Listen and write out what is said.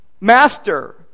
master